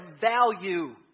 value